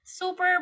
super